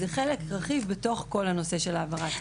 זה חלק רכיב בתוך כל הנושא של העברת המידע.